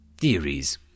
Theories